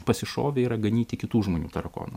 pasišovė yra ganyti kitų žmonių tarakonus